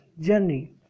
journey